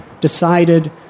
decided